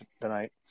tonight